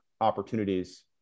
opportunities